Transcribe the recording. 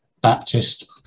baptist